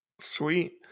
sweet